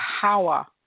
power